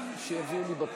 תתחיל ישר